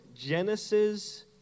Genesis